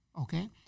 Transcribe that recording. okay